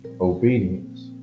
obedience